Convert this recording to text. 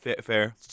Fair